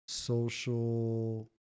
social